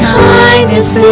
kindness